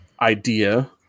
idea